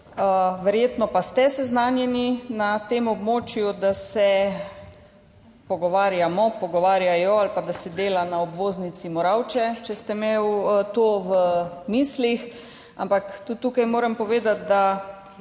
Verjetno pa ste seznanjeni na tem območju, da se pogovarjamo, pogovarjajo ali pa da se dela na obvoznici Moravče, če ste imeli to v mislih. Ampak tudi tukaj moram povedati da